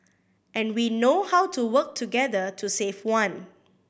and we know how to work together to save one